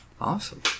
Awesome